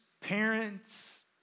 parents